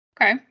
Okay